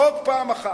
חוק פעם אחת.